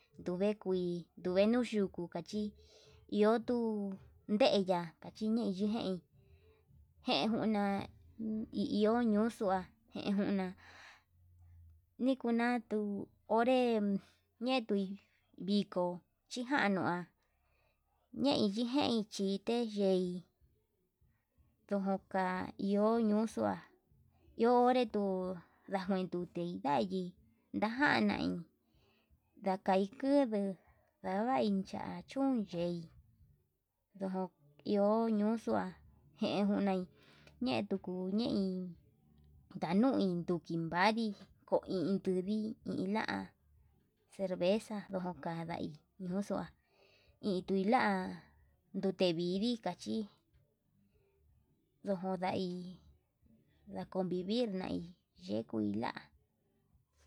Nduve kuii nduve nuu yuku kachí iho duu ndeya kachi ñein yijein, jejuna ñe'e iho yuxua yenguna nijunatu onré ñetui viko chijanua ñei nijei xhite yei ndojoka iho ñuxua ñoo onré tuu, ndajuein ndute yadii ndajan nai ndakai kuudu ndavai cha'a chún yei ndo jio ñuxua njei njunai, ñetuu ñe'í ndanui duki vandii koin tudii iña cerveza ndokadai ñuuxua itui la'a nrute vidii kachí ndojo ndai naá konvivir nai yekuila.